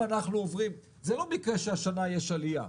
זה לא מקרה שהשנה יש עלייה.